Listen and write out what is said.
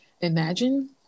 imagine